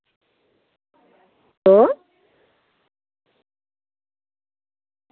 hello